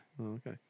Okay